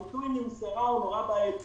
הביטוי נמסרה נורא בעייתי,